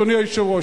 אדוני היושב-ראש,